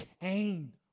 Cain